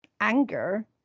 anger